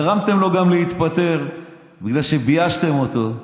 גרמתם לו גם להתפטר בזה שביישתם אותו,